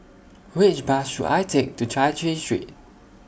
Which Bus should I Take to Chai Chee Street